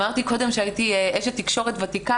אמרתי קודם שהייתי אשת תקשורת ותיקה.